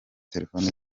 telefone